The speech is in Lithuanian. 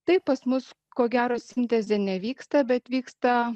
taip pas mus ko gero sintezė nevyksta bet vyksta